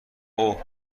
اوه